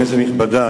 כנסת נכבדה,